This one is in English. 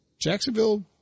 Jacksonville